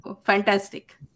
fantastic